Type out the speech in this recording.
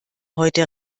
heute